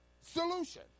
solution